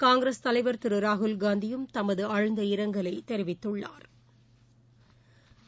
காங்கிரஸ் தலைவர் திரு ராகுல் காந்தியும் தமது ஆழ்ந்த இரங்கலை தெரிவித்துள்ளாா்